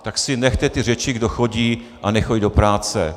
Tak si nechte ty řeči, kdo chodí a nechodí do práce.